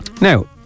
Now